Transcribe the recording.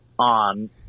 on